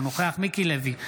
אינו נוכח מיקי לוי,